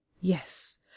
yes